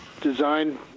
design